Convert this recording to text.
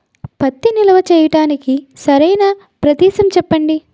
పత్తి నిల్వ చేయటానికి సరైన ప్రదేశం చెప్పండి?